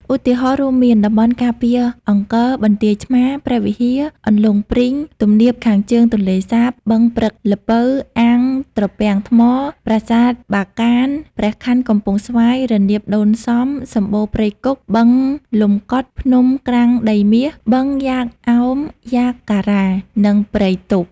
ឧទាហរណ៍រួមមាន តំបន់ការពារអង្គរ បន្ទាយឆ្មារ ព្រះវិហារ អន្លង់ព្រីង ទំនាបខាងជើងទន្លេសាប បឹងព្រឹកល្ពៅ អាងត្រពាំងថ្ម ប្រាសាទបាកាន ព្រះខ័នកំពង់ស្វាយ រនាមដូនសំ សំបូរព្រៃគុក បឹងលំកុដ ភ្នំក្រាំងដីមាស បឹងយ៉ាកអោមយ៉ាកការា និងព្រែកទប់។